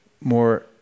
more